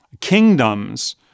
Kingdoms